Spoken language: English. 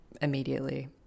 immediately